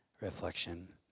reflection